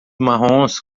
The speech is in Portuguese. marrons